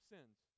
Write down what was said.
Sins